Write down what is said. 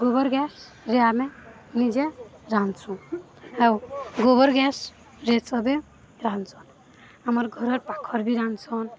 ଗୋବର ଗ୍ୟାସ୍ରେ ଆମେ ନିଜେ ରାନ୍ଧ୍ସୁଁ ଆଉ ଗୋବର ଗ୍ୟାସ୍ରେ ସବେ ରାନ୍ଧ୍ସୁଁ ଆମର୍ ଘର ପାଖର୍ ବି ରାନ୍ଧ୍ସୁଁନ୍